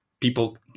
people